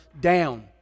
down